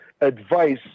advice